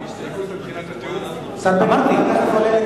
אדוני היושב-ראש,